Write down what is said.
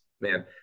man